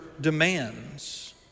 demands